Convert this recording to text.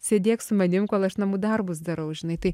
sėdėk su manim kol aš namų darbus darau žinai tai